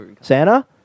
Santa